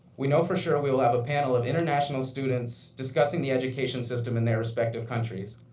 we know for sure we will have a panel of international students discussing the education system in their respective countries,